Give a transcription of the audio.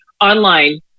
online